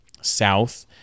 south